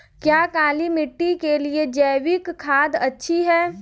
क्या काली मिट्टी के लिए जैविक खाद अच्छी है?